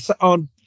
on